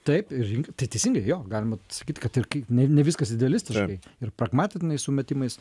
taip ir tai teisingai jo galima sakyt kad ir kai ne ne viskas idealistiškai ir pragmatiniais sumetimais